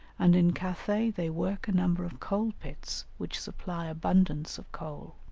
and in cathay they work a number of coal-pits which supply abundance of coal.